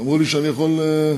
אמרו לי שאני יכול לדבר,